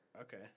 Okay